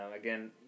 Again